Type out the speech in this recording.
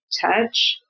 Touch